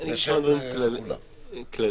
אני אגיד כמה דברים כלליים.